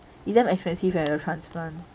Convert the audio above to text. it's damn expensive eh the transplant